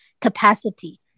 capacity